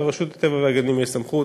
לרשות הטבע והגנים יש סמכות,